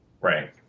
Right